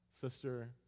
sister